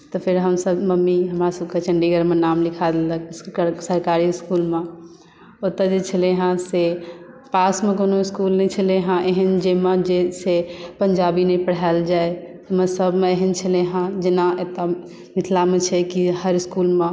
तऽ फेर हमसभ मम्मी हमरासभकेँ चण्डीगढ़मे नाम लिखा देलक सरकारी इस्कूलम ओतय जे छलै हेँ से पासमे कोनो इस्कुल नै छलै हेँ एहन जाहिमे जेहन जे से पञ्जाबी नहि पढ़ायल जाय ओहिमे सभमे एहन छलै हेँ जेना एतय मिथिलामे छै कि हर इस्कुलमे